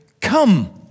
come